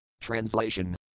Translation